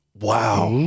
Wow